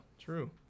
True